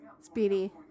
Speedy